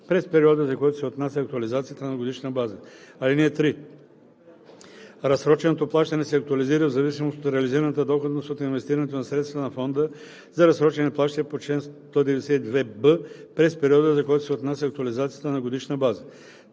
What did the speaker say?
през периода, за който се отнася актуализацията, на годишна база. (3) Разсроченото плащане се актуализира в зависимост от реализираната доходност от инвестирането на средствата на фонда за разсрочени плащания по чл. 192б през периода, за който се отнася актуализацията, на годишна база.